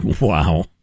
Wow